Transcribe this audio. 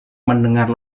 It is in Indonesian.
mendengar